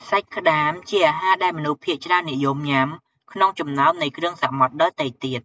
សាច់ក្តាមជាអាហារដែលមនុស្សភាគច្រើននិយមញុាំក្នុងចំណោមនៃគ្រឿងសមុទ្រដទៃទៀត។